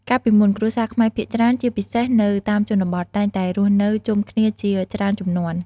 កាលពីមុន គ្រួសារខ្មែរភាគច្រើន ជាពិសេសនៅតាមជនបទ តែងតែរស់នៅជុំគ្នាជាច្រើនជំនាន់។